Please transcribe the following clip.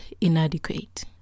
Inadequate